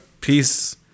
peace